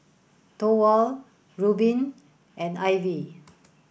Thorwald Reubin and Ivy